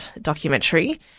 documentary